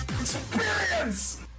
EXPERIENCE